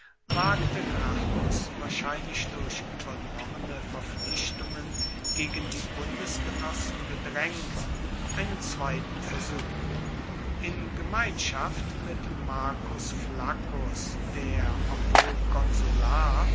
wagte gracchus wahrscheinlich durch übernommene verpflichtungen gegen die bundesgenossen gedrängt einen zweiten versuch in gemeinschaft mit marcus flaccus der obwohl konsular